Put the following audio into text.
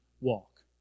walk